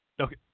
Okay